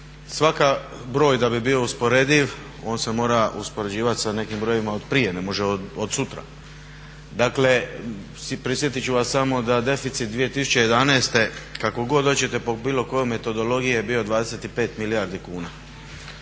svaka, broj da bi bio usporediv on se mora uspoređivati sa nekim brojevima otprije, ne može od sutra. Dakle prisjetiti ću vas samo da deficit 2011., kako god hoćete po bilo kojoj metodologiji je bio 25 milijardi kuna.